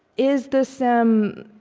is this um